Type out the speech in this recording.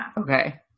Okay